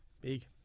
Big